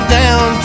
down